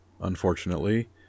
unfortunately